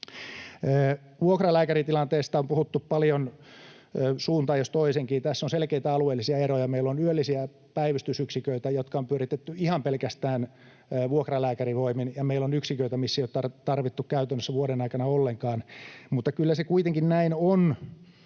Vuokralääkäritilanteesta on puhuttu paljon suuntaan jos toiseenkin. Tässä on selkeitä alueellisia eroja. Meillä on yöllisiä päivystysyksiköitä, joita on pyöritetty ihan pelkästään vuokralääkärivoimin, ja meillä on yksiköitä, missä niitä ei ole tarvittu käytännössä vuoden aikana ollenkaan. Mutta kyllä se kuitenkin näin on...